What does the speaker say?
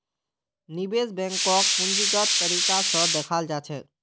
निवेश बैंकक पूंजीगत तरीका स दखाल जा छेक